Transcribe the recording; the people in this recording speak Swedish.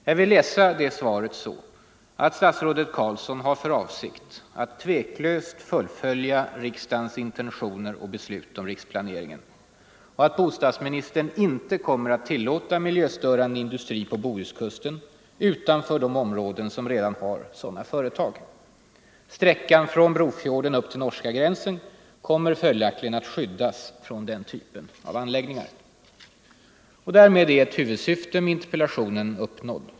Jag vill läsa det svaret så att statsrådet Carlsson har för avsikt att tveklöst fullfölja riksdagens intentioner och beslut om riksplaneringen, och att bostadsministern inte kommer att tillåta miljöstörande industri på Bohuskusten utanför de områden som redan har sådana företag. Sträckan från Brofjorden upp till norska gränsen kommer följaktligen att skyddas från den typen av anläggningar. Därmed är ett huvudsyfte med interpellationen uppnått.